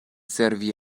servi